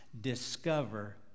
discover